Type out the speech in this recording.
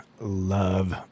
love